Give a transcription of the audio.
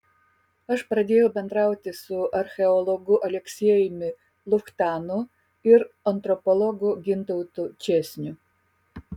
aš pradėjau bendrauti su archeologu aleksejumi luchtanu ir antropologu gintautu česniu